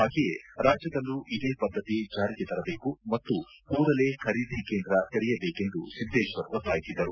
ಹಾಗೆಯೇ ರಾಜ್ಯದಲ್ಲೂ ಇದೇ ಪದ್ಧತಿ ಜಾರಿಗೆ ತರಬೇಕು ಮತ್ತು ಕೂಡಲೇ ಖರೀದಿ ಕೇಂದ್ರ ತೆರೆಯಬೇಕೆಂದು ಸಿದ್ದೇಶ್ವರ್ ಒತ್ತಾಯಿಸಿದರು